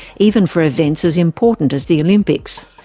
even for events as important as the olympics.